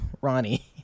Ronnie